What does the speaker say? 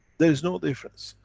there is no difference.